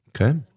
Okay